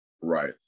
Right